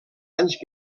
anys